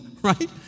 right